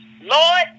Lord